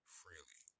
freely